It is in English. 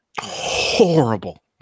Horrible